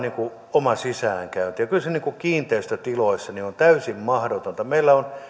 oma sisäänkäynti kyllä se kiinteistötiloissa on täysin mahdotonta meillä on